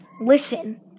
listen